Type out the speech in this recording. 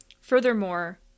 Furthermore